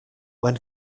when